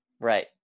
Right